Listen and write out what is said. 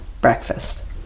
breakfast